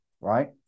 right